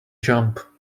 jump